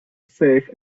safe